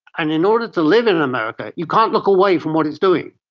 and in order to live in america you can't look away from what it's doing.